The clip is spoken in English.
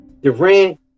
Durant